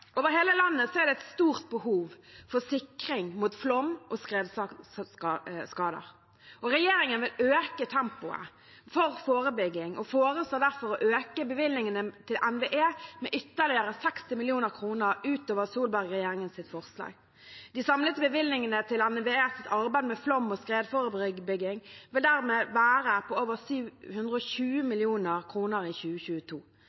Over hele landet er det et stort behov for sikring mot flom- og skredskader. Regjeringen vil øke tempoet for forebygging og foreslår derfor å øke bevilgningene til NVE med ytterligere 60 mill. kr utover Solberg-regjeringens forslag. De samlede bevilgningene til NVEs arbeid med flom- og skredforebygging vil dermed være på over 720